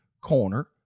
corner